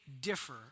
differ